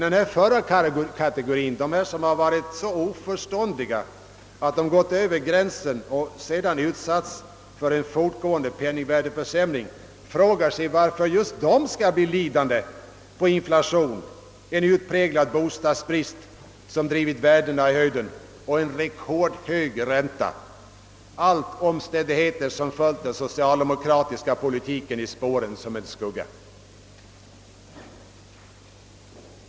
Den förra kategorien, de som har varit så oförståndiga att de gått över gränsen och sedan utsatts för en fortgående penningvärdeförsämring, frågar sig emellertid varför just de skall bli lidande på inflation, en utpräglad bostadsbrist som drivit värdena i höjden och en rekordhög ränta — allt omständigheter som följt den socialdemokratiska politiken i spåren som en skugga.